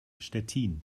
stettin